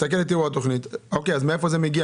אם כן, מהיכן זה מגיע?